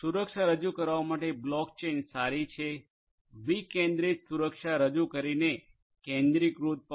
સુરક્ષા રજુ કરવા માટે બ્લોક ચેઇન સારી છે વિકેન્દ્રિત સુરક્ષા રજુ કરીને કેન્દ્રિયકૃત પણ